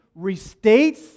restates